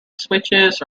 switches